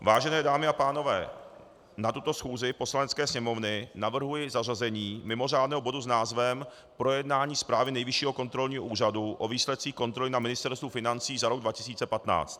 Vážené dámy a pánové, na tuto schůzi Poslanecké sněmovny navrhuji zařazení mimořádného bodu s názvem Projednání zprávy Nejvyššího kontrolního úřadu o výsledcích kontroly na Ministerstvu financí za rok 2015.